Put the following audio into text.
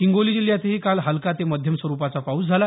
हिंगोली जिल्ह्यातही काल हलका ते मध्यम स्वरुपाचा पाऊस झाला